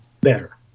better